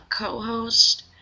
co-host